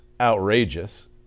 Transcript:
outrageous